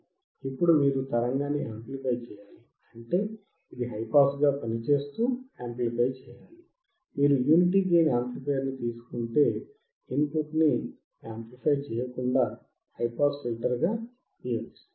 కాబట్టి ఇప్పుడు మీరు తరంగాన్ని యాంప్లిఫై చెయ్యాలి అంటే ఇది హైపాస్ గా పనిచేస్తూ యాంప్లిఫై చెయ్యాలి మీరు యూనిటీ గెయిన్ యాంప్లిఫయర్ తీసుకుంటే ఇన్ పుట్ ని యాంప్లిఫై చెయ్యకుండా హై పాస్ ఫిల్టర్ గా ఉపయోగిస్తారు